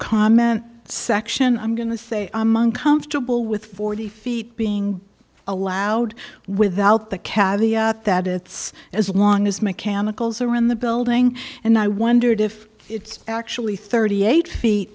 comment section i'm going to say among comfortable with forty feet being allowed without the cavity at that it's as long as mechanicals are in the building and i wondered if it's actually thirty eight feet